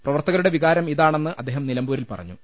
പ്രവർത്തകരുടെ വികാരം ഇതാണെന്ന് അദ്ദേഹം നിലമ്പൂരിൽ പറഞ്ഞു